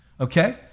okay